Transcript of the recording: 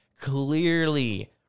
Clearly